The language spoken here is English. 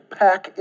pack